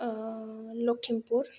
ओ लक्षिमपुर